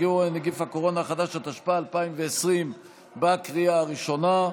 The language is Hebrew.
כן, חברות וחברי הכנסת, בצירוף קולותיהם